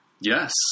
Yes